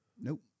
Nope